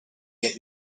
get